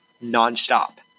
Non-stop